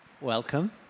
Welcome